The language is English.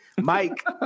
Mike